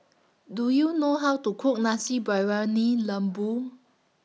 Do YOU know How to Cook Nasi Briyani Lembu